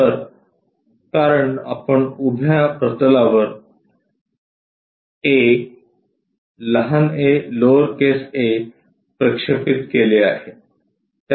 तर कारण आपण उभ्या प्रतलावर a लहान ए लोअर केस ए प्रक्षेपित केले आहे